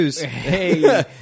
Hey